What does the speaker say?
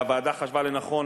והוועדה חשבה לנכון,